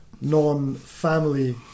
non-family